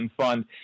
fund